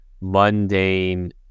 mundane